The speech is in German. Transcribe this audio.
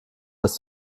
dass